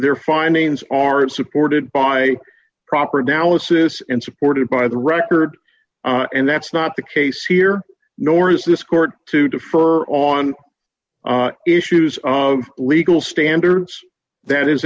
their findings are supported by proper analysis and supported by the record and that's not the case here nor is this court to defer on issues of legal standards that is